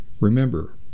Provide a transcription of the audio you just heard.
remember